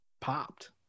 popped